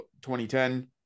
2010